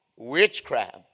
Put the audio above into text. witchcraft